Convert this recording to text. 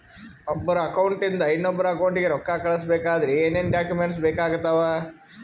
ಒಬ್ಬರ ಅಕೌಂಟ್ ಇಂದ ಇನ್ನೊಬ್ಬರ ಅಕೌಂಟಿಗೆ ರೊಕ್ಕ ಕಳಿಸಬೇಕಾದ್ರೆ ಏನೇನ್ ಡಾಕ್ಯೂಮೆಂಟ್ಸ್ ಬೇಕಾಗುತ್ತಾವ?